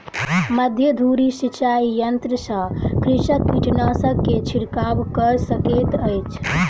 मध्य धूरी सिचाई यंत्र सॅ कृषक कीटनाशक के छिड़काव कय सकैत अछि